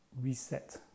reset